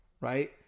right